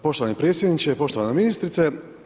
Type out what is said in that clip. Poštovani predsjedniče, poštovana ministrice.